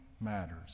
matters